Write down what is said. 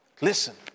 Listen